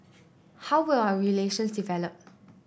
how will our relations develop